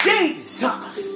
Jesus